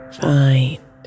find